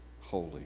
holy